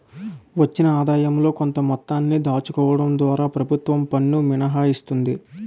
వచ్చిన ఆదాయంలో కొంత మొత్తాన్ని దాచుకోవడం ద్వారా ప్రభుత్వం పన్ను మినహాయిస్తుంది